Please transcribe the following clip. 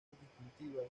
distintivas